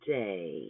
day